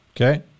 Okay